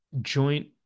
joint